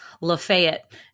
Lafayette